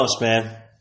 man